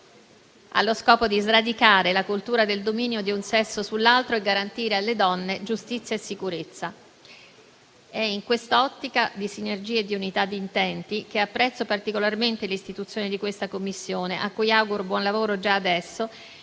allo scopo di sradicare la cultura del dominio di un sesso sull'altro e garantire alle donne giustizia e sicurezza. È in quest'ottica di sinergie e di unità di intenti che apprezzo particolarmente l'istituzione di questa Commissione, a cui auguro buon lavoro già adesso